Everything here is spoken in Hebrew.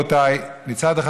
רבותיי: מצד אחד,